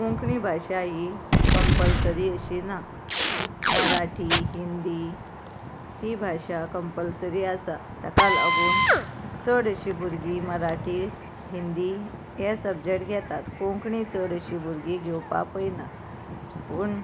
कोंकणी भाशा ही कंपल्सरी अशी ना मराठी हिंदी ही भाशा कंपल्सरी आसा ताका लागून चड अशी भुरगीं मराठी हिंदी हे सबजेक्ट घेतात कोंकणी चड अशीं भुरगीं घेवपा पळयनात पूण